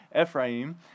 Ephraim